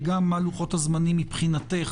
וגם מה לוחות הזמנים מבחינתך,